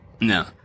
No